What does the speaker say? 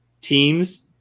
teams